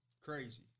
crazy